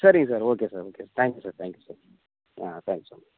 சரிங்க okay sir okay sir thank you sir thank you sir hmm ah thank you so much